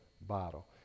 bottle